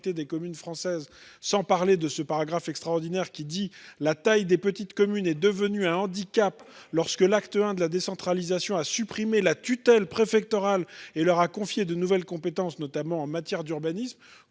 de celles-ci, sans parler de ce passage extraordinaire du rapport qui indique que « la taille des petites communes est devenue un handicap lorsque l'acte I de la décentralisation a supprimé la tutelle préfectorale et leur a confié de nouvelles compétences, notamment en matière d'urbanisme »,